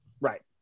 Right